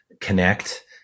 connect